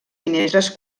finestres